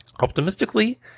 Optimistically